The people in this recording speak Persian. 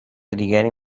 دیگری